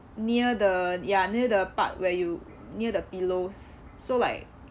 near the ya near the part where you near the pillows so like